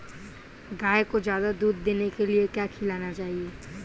गाय को ज्यादा दूध देने के लिए क्या खिलाना चाहिए?